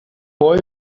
boy